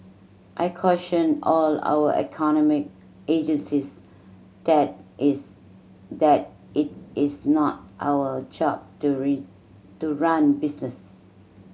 I caution all our economic agencies that its that it is not our job to rain to run business